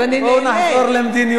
בואו נעבור למדיניות,